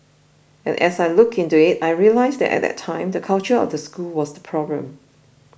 and as I looked into it I realised that at that time the culture of the school was the problem